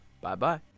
Bye-bye